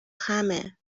خمه